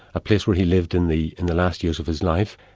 a place where he lived in the in the last years of his life.